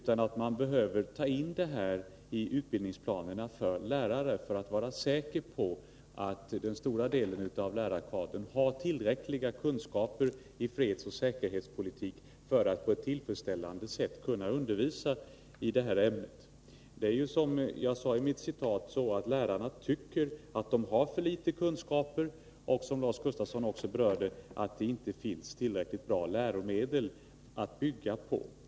Man behöver ta in försvarsoch säkerhetspolitik i utbildningsplanerna för lärarna, så att man är säker på att den övervägande delen av lärarkadern har tillräckliga kunskaper i ämnet för att på ett tillfredsställande sätt kunna undervisa i det. Som jag framhöll genom det citat jag refererade till tycker lärarna att de har otillräckliga kunskaper och, vilket också Lars Gustafsson berörde, att det inte finns tillräckligt bra läromedel att bygga på.